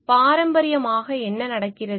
பாரம்பரியமாக என்ன நடக்கிறது